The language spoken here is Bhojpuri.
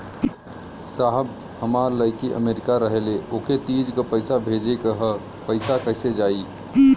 साहब हमार लईकी अमेरिका रहेले ओके तीज क पैसा भेजे के ह पैसा कईसे जाई?